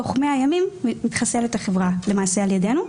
תוך 100 ימים מתחסלת החברה למעשה על ידנו.